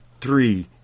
three